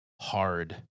hard